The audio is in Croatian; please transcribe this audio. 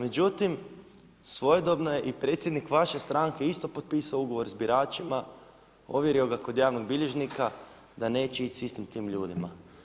Međutim, svojedobno je i predsjednik vaše stranke isto potpisao ugovor s biračima, ovjerio ga kod javnog bilježnika da neće ići s istim tim ljudima.